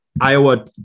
Iowa